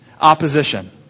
opposition